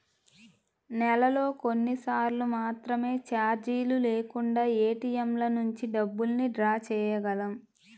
నెలలో కొన్నిసార్లు మాత్రమే చార్జీలు లేకుండా ఏటీఎంల నుంచి డబ్బుల్ని డ్రా చేయగలం